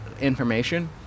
information